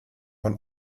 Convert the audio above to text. von